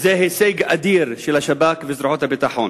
הישג אדיר של השב"כ וזרועות הביטחון.